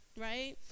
right